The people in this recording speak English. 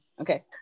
Okay